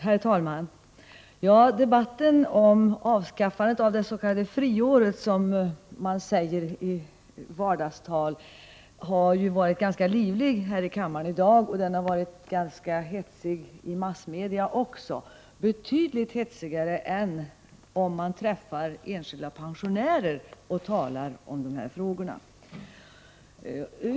Herr talman! Debatten om avskaffandet av det s.k. friåret, som man säger i vardagstal, har varit ganska livlig här i kammaren och ganska häftig också i massmedia, betydligt häftigare än när man träffat enskilda pensionärer och talat om dessa frågor.